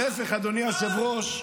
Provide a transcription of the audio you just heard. להפך, אדוני היושב-ראש.